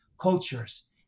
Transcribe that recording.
cultures